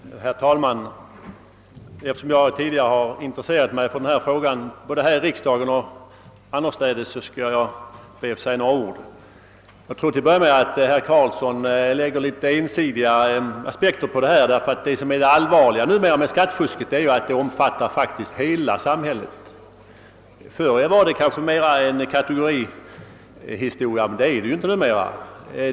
Herr talman! Eftersom jag tidigare har intresserat mig för denna fråga både här i riksdagen och annorstädes skall jag be att få säga några ord. Jag tror till att börja med att herr Karlsson i Huddinge lägger litet väl ensidiga aspekter på detta problem. Det som numera är det allvarliga med skattefusket är att det faktiskt omfattar hela samhället. Förr var det kanske en kategorihistoria, men det är det ju inte numera.